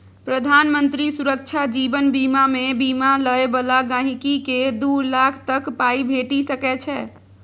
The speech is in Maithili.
प्रधानमंत्री सुरक्षा जीबन बीमामे बीमा लय बला गांहिकीकेँ दु लाख तक पाइ भेटि सकै छै